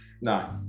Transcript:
No